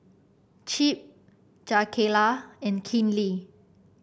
Chip Jakayla and Kinley